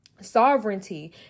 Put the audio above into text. sovereignty